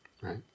Right